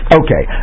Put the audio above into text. okay